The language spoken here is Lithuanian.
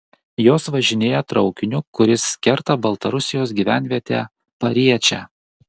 jos važinėja traukiniu kuris kerta baltarusijos gyvenvietę pariečę